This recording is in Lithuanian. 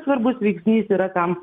svarbus veiksnys yra tam